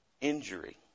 Injury